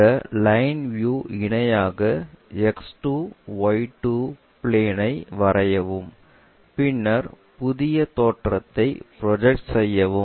இந்த லைன் விஎவ் இணையாக X2 Y2 பிளே ஐ வரையவும் பின்னர் புதிய தோற்றத்தை ப்ரொஜெக்ட் செய்யவும்